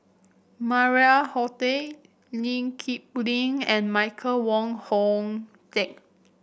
Maria Hertogh Lee Kip Lee and Michael Wong Hong Teng